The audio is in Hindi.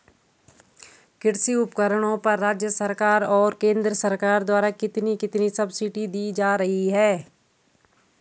कृषि उपकरणों पर राज्य सरकार और केंद्र सरकार द्वारा कितनी कितनी सब्सिडी दी जा रही है?